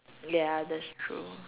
ya that's true